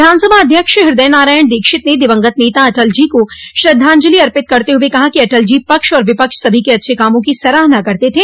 विधानसभा अध्यक्ष हृदय नारायण दीक्षित ने दिवंगत नेता अटल जी को श्रद्वाजंलि अर्पित करते हुए कहा कि अटल जी पक्ष और विपक्ष सभी के अच्छे कामों की सराहना करते थे